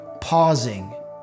pausing